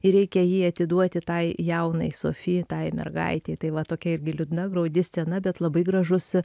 ir reikia jį atiduoti tai jaunai sofi tai mergaitei tai va tokia irgi liūdna graudi scena bet labai gražus